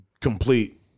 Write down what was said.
complete